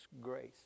grace